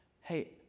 Hey